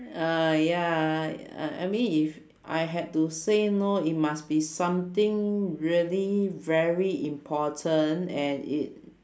err ya uh I mean if I had to say no it must be something really very important and it